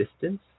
distance